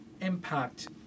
impact